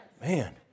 Man